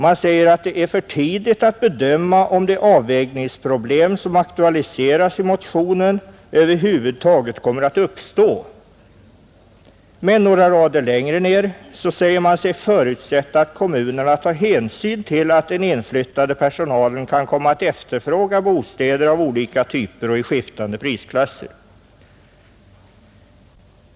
Man säger att det är för tidigt att bedöma om de avvägningsproblem som aktualiseras i motionen över huvud taget kommer att uppstå. Men några rader längre ner säger man sig förutsätta att kommunerna tar hänsyn till att den inflyttade personalen kan komma att efterfråga bostäder av olika typer och i skiftande prisklasser.